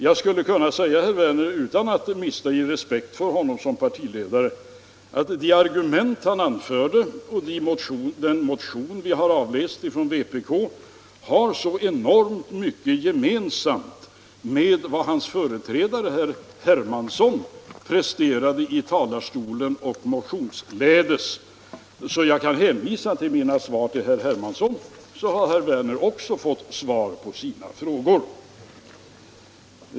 Jag skulle kunna säga till herr Werner, utan att brista i respekt för honom som partiledare, att de argument han anförde och den motion som avgivits från vpk har så enormt mycket gemensamt med vad hans företrädare herr Hermansson presterade i talarstolen och motionsledes så jag kan hänvisa till mina svar till herr Hermansson och då har herr Werner också fått svar på sina frågor.